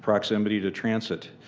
proximity to transit.